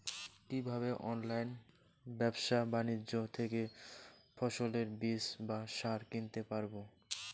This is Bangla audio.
কীভাবে অনলাইন ব্যাবসা বাণিজ্য থেকে ফসলের বীজ বা সার কিনতে পারবো?